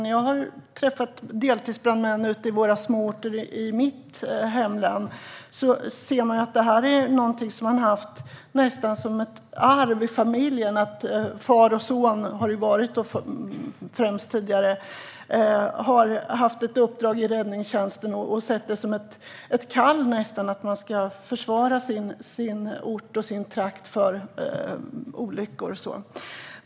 När jag har träffat deltidsbrandmän på småorterna i mitt hemlän har jag förstått att uppdraget i räddningstjänsten ofta går i arv i familjen, främst från far till son. Man har sett det som ett kall att försvara sin trakt mot olyckor.